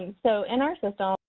so in our system,